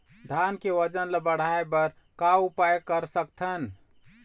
धान के वजन ला बढ़ाएं बर का उपाय कर सकथन?